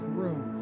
room